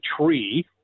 tree